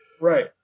Right